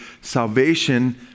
salvation